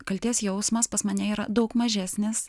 kaltės jausmas pas mane yra daug mažesnis